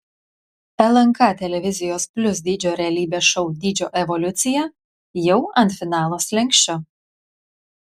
lnk televizijos plius dydžio realybės šou dydžio evoliucija jau ant finalo slenksčio